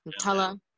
Nutella